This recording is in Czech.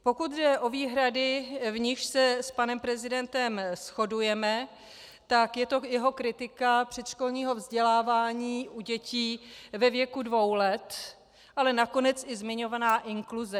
Pokud jde o výhrady, v nichž se s panem prezidentem shodujeme, tak je to jeho kritika předškolního vzdělávání u děti ve věku dvou let, ale nakonec i zmiňovaná inkluze.